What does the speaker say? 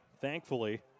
thankfully